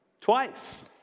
Twice